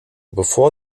bevor